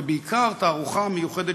ובעיקר התערוכה המיוחדת,